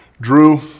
Drew